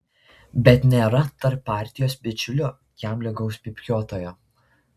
bet nėra tarp partijos bičiulių jam lygaus pypkiuotojo